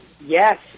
Yes